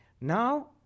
Now